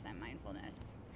mindfulness